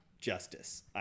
justice